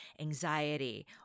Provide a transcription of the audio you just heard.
anxiety